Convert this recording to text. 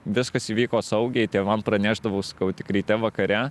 viskas įvyko saugiai tėvam pranešdavau sakau tik ryte vakare